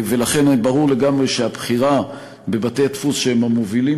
ולכן ברור לגמרי שהבחירה בבתי-דפוס שהם המובילים